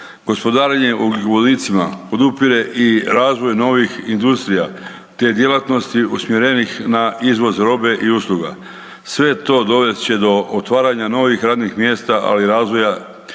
Gospodarenje ugljikovodicima podupire i razvoj novih industrija te djelatnosti usmjerenih na izvoz robe i usluga. Sve to dovest će do otvaranja novih radnih mjesta, ali i razvoja akademskih